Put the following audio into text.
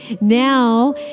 now